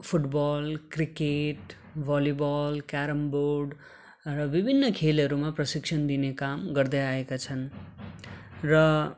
football cricket volleyball carrom board र विभिन्न खेलहरूमा प्रशिक्षण दिने काम गर्दै आएका छन् र